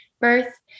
birth